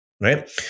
Right